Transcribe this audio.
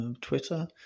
Twitter